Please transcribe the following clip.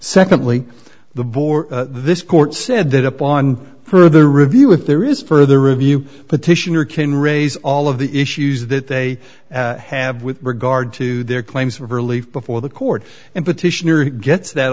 secondly the board this court said that upon further review if there is further review petitioner can raise all of the issues that they have with regard to their claims of relief before the court and petitioner gets that